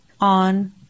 on